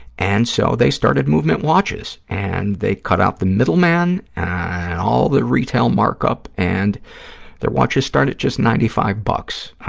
and so they started mvmt watches, and they cut out the middleman and all the retail mark-up, and their watches start at just ninety five bucks.